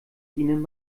ihnen